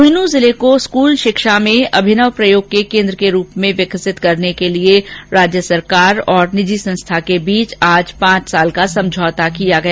इंचुनू जिले को स्कूल शिक्षा में अभिनव प्रयोग के केंद्र के रूप में विकसित करने के लिये राज्य सरकार और निजी संस्था के बीच आज पांच वर्ष का करार किया गया